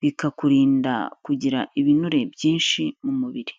bikakurinda kugira ibinure byinshi, mu mubiri.